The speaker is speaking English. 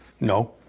No